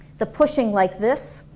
the pushing, like this